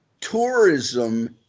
Tourism